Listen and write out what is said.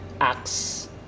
acts